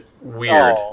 weird